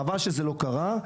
חבל שזה לא קרה,